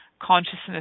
consciousness